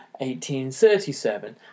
1837